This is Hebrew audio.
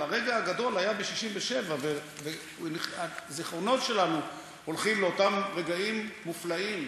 אבל הרגע הגדול היה ב-1967 והזיכרונות שלנו הולכים לאותם רגעים מופלאים,